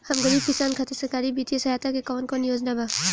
हम गरीब किसान खातिर सरकारी बितिय सहायता के कवन कवन योजना बा?